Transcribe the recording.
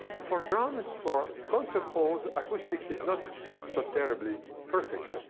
for drums, for concert halls, acoustics is not so terribly perfect.